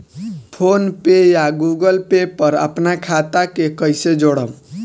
PhonePe या Google Pay पर अपना खाता के कईसे जोड़म?